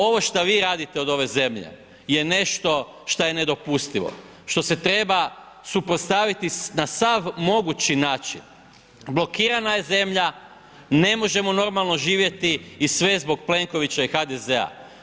Ovo šta vi radite od ove zemlje je nešto što je nedopustivo, što se treba suprotstaviti na sav mogući način, blokirana je zemlja ne možemo normalno živjeti i sve je zbog Plenkovića i HDZ.